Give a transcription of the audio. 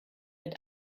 mit